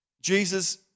Jesus